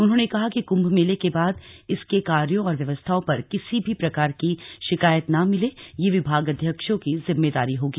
उन्होंने कहा कि कुंभ मेले के बाद इसके कार्यो और व्यवस्थाओं पर किसी भी प्रकार की शिकायत न मिले यह विभागाध्यक्षों की जिम्मेदारी होगी